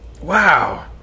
Wow